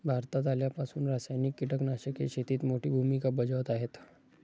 भारतात आल्यापासून रासायनिक कीटकनाशके शेतीत मोठी भूमिका बजावत आहेत